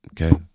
okay